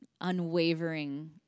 unwavering